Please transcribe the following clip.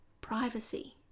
privacy